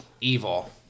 evil